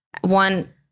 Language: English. One